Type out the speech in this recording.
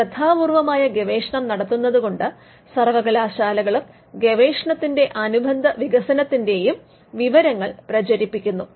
ശ്രദ്ധാപൂർവ്വമായ ഗവേഷണം നടത്തുന്നതുകൊണ്ട് സർവ്വകലാശാലകളും ഗവേഷണത്തിന്റെയും അനുബന്ധ വികസനത്തിന്റെയും വിവരങ്ങൾ പ്രചരിപ്പിക്കുന്നു